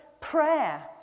prayer